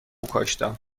کاشتم